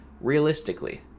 realistically